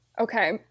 Okay